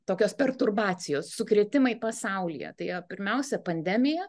tokios perturbacijos sukrėtimai pasaulyje tai pirmiausia pandemija